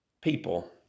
people